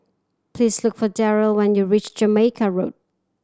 please look for Darrell when you reach Jamaica Road